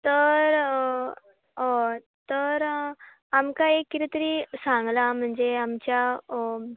तर तर आमकां एक कितें तरी सांगलां म्हणचे आमच्या